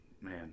man